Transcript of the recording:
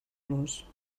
los